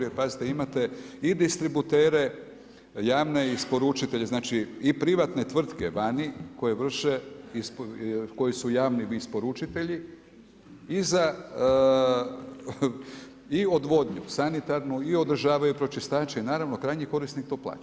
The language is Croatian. Jer pazite, imate i distributere, javne isporučitelje, znači i privatne tvrtke vani, koji vrše, koji su javni isporučitelji i za, i odvodnju, sanitarnu i održavaju pročistači, naravno, krajnji korisnik to plaća.